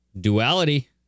Duality